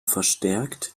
verstärkt